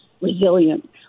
resilient